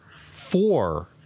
four